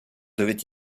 devait